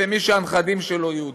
מי שהנכדים שלו יהודים.